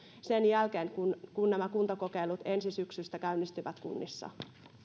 sen jälkeen kun kun nämä kuntakokeilut ensi syksystä käynnistyvät kunnissa